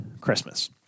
Christmas